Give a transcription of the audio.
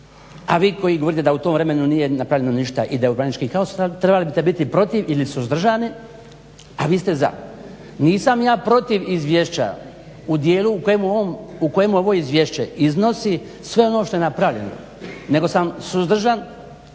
a vi koji govorite da u tom vremenu nije napravljeno ništa i da … trebali biti protiv ili suzdržani a vi ste za. Nisam ja protiv izvješća u dijelu u kojem ovo izvješće iznosi sve ono što je napravljeno nego sam suzdržan